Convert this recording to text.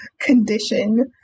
condition